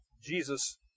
Jesus